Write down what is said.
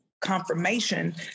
confirmation